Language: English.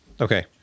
Okay